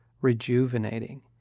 rejuvenating